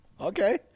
okay